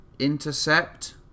intercept